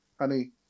honey